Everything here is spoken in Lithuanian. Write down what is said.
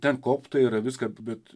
ten koptai yra viska bet